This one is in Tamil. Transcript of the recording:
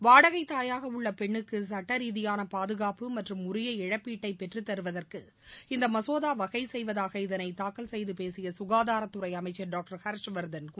வாடகைத் தாயாக உள்ள பெண்னுக்கு சட்ட ரீதியாள பாதுகாப்பு மற்றும் உரிய இழப்பீட்டை பெற்றத் தருவதற்கு இந்த மசோதா வகை செய்வதாக இதனை தாக்கல் செய்து பேசிய சுகாதாரத்துறை அமைச்சர் டாக்டர் ஹர்ஷ் வர்தன் கூறினார்